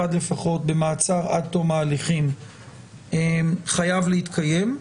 לפחות במעצר עד תום ההליכים חייב להתקיים,